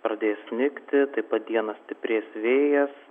pradės snigti taip pat dieną stiprės vėjas